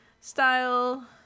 style